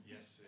Yes